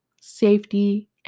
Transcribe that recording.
safety